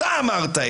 תתייחס.